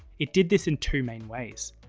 it did this in two main ways.